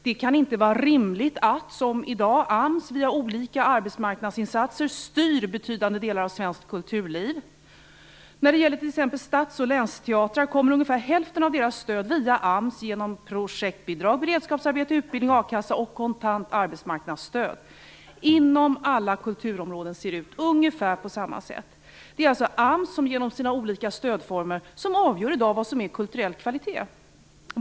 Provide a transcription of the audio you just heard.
Det kan inte vara rimligt att, som i dag, AMS via olika arbetsmarknadsinsatser styr betydande delar av svenskt kulturliv. När det gäller t.ex. stats och länsteatrar kommer ungefär hälften av deras stöd via AMS genom projektbidrag, beredskapsarbete, utbildningsbidrag, a-kassa och kontant arbetsmarknadsstöd. Inom alla kulturområden ser det ut på ungefär samma sätt. Det är alltså AMS som genom olika stödformer avgör vad som är kulturell kvalitet i dag.